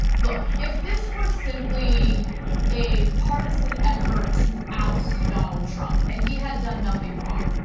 look, if this were simply a partisan effort to oust to donald trump, and he had done nothing wrong.